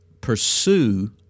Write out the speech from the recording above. Pursue